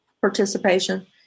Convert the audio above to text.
participation